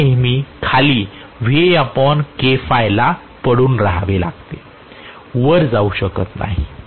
हे नेहमी खाली ला पडून राहावे लागते वर जाऊ शकत नाही